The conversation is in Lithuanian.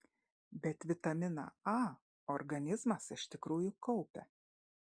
bet vitaminą a organizmas iš tikrųjų kaupia